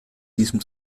diesem